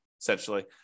essentially